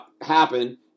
happen